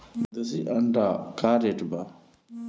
देशी अंडा का रेट बा?